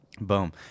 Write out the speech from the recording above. Boom